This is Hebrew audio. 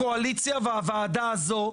הקואליציה והוועדה הזו,